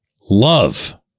love